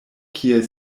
kiel